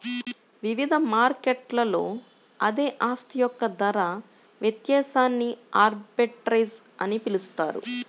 వివిధ మార్కెట్లలో అదే ఆస్తి యొక్క ధర వ్యత్యాసాన్ని ఆర్బిట్రేజ్ అని పిలుస్తారు